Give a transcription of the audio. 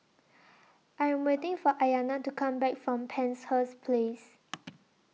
I Am waiting For Ayana to Come Back from Penshurst Place